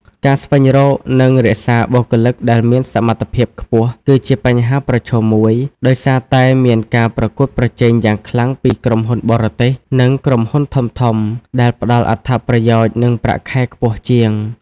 ការស្វែងរក និងរក្សាបុគ្គលិកដែលមានសមត្ថភាពខ្ពស់គឺជាបញ្ហាប្រឈមមួយ ដោយសារតែមានការប្រកួតប្រជែងយ៉ាងខ្លាំងពីក្រុមហ៊ុនបរទេស និងក្រុមហ៊ុនធំៗ ដែលផ្តល់អត្ថប្រយោជន៍ និងប្រាក់ខែខ្ពស់ជាង។